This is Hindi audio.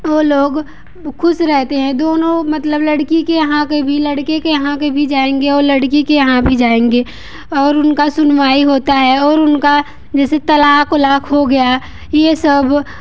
वो लोग खुश रहते हैं दोनों मतलब लड़की के यहाँ कभी लड़के के यहाँ के भी जाएंगे और लड़की के यहाँ भी जाएंगे और उनका सुनवाई होता है और उनका जैसे तलाक वलाख हो गया ये सब